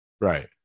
Right